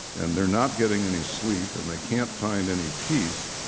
and they're not getting any sleep, and they can't find any peace.